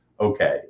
okay